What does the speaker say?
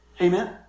Amen